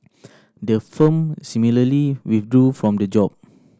the firm similarly withdrew from the job